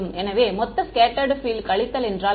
எனவே மொத்த scattered field கழித்தல் என்றால் என்ன